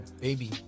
baby